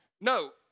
no